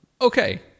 okay